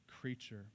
creature